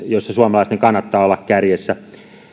jossa suomalaisten kannattaa olla kärjessä